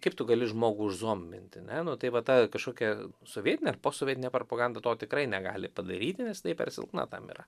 kaip tu gali žmogų užzombinti ne nu tai va ta kažkokia sovietinė ar posovietinė propaganda to tikrai negali padaryti nes tai per silpna tam yra